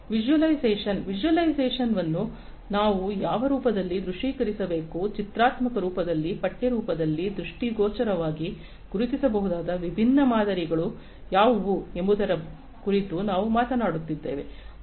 visualisation ವಿಶ್ಷ್ಯಲೈಸೇಶನ್ವನ್ನು ನಾವು ಯಾವ ರೂಪದಲ್ಲಿ ದೃಶ್ಯೀಕರಿಸಬೇಕು ಚಿತ್ರಾತ್ಮಕ ರೂಪದಲ್ಲಿ ಪಠ್ಯ ರೂಪದಲ್ಲಿ ದೃಷ್ಟಿಗೋಚರವಾಗಿ ಗುರುತಿಸಬಹುದಾದ ವಿಭಿನ್ನ ಮಾದರಿಗಳು ಯಾವುವು ಎಂಬುದರ ಕುರಿತು ನಾವು ಮಾತನಾಡುತ್ತಿದ್ದೇವೆ